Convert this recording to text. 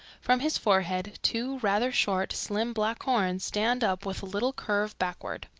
from his forehead two rather short, slim, black horns stand up with a little curve backward.